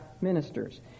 ministers